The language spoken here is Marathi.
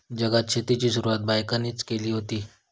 जगात शेतीची सुरवात बायकांनीच केली हुती